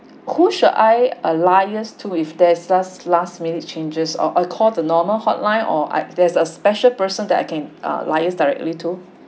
who should I alias to if there's such last minutes changes or I call the normal hotline or I there's a special person that I can alias directly to